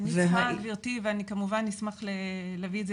אני צריכה גברתי ואני כמובן גם אביא את זה